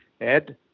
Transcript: Ed